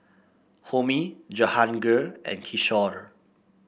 Homi Jehangirr and Kishore